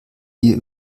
hier